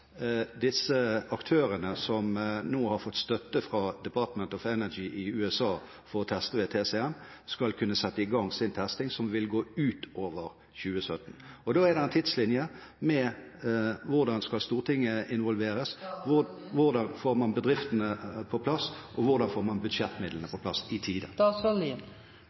disse aktørene som nå har fått støtte fra Department of Energy i USA for å teste ved TCM, skal kunne sette i gang sin testing, som vil gå utover 2017. Da er det en tidslinje med hensyn til hvordan Stortinget skal involveres, hvordan man får bedriftene på plass, og hvordan man får budsjettmidlene på plass i